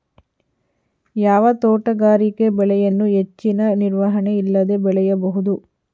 ಯಾವ ತೋಟಗಾರಿಕೆ ಬೆಳೆಯನ್ನು ಹೆಚ್ಚಿನ ನಿರ್ವಹಣೆ ಇಲ್ಲದೆ ಬೆಳೆಯಬಹುದು?